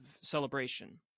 celebration